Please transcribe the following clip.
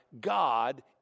God